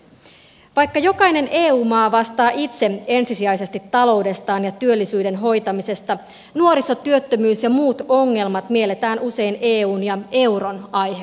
vaikka jokainen eu maa vastaa itse ensisijaisesti taloudestaan ja työllisyyden hoitamisesta nuorisotyöttömyys ja muut ongelmat mielletään usein eun ja euron aiheuttamiksi